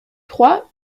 trois